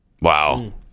Wow